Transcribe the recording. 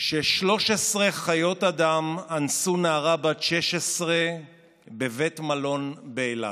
ש-13 חיות אדם אנסו נערה בת 16 בבית מלון באילת.